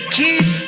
keep